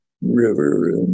river